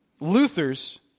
Luther's